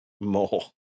More